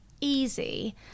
easy